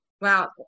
Wow